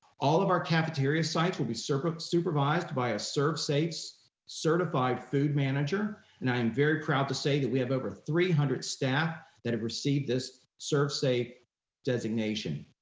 all of our cafeteria sites will be supervised by a servsafe certified food manager and i'm very proud to say that we have over three hundred staff that have received this servsafe designation.